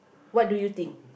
what do you think